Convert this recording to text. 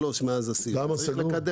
שלוש מאז --- למה הוא סגור?